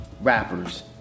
rappers